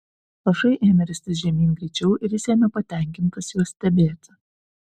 lašai ėmė ristis žemyn greičiau ir jis ėmė patenkintas juos stebėti